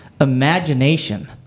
imagination